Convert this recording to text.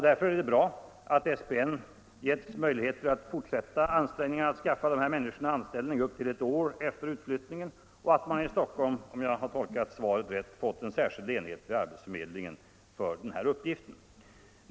Därför är det bra att SPN getts möjligheter att fortsätta ansträngningarna att skaffa dessa människor anställning upp till ett år efter utflyttningen och att man i Stockholm — om jag har tolkat svaret rätt — fått en särskild enhet hos arbetsförmedlingen för den här uppgiften.